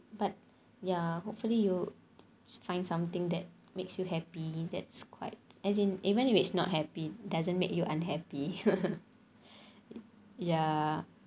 but ya hopefully you find something that makes you happy that's quite as in even if it's not happy doesn't make you unhappy ya